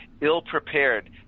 ill-prepared